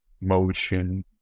motion